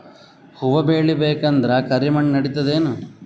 ಹುವ ಬೇಳಿ ಬೇಕಂದ್ರ ಕರಿಮಣ್ ನಡಿತದೇನು?